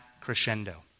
crescendo